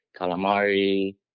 calamari